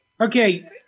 Okay